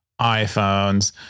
iPhones